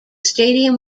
stadium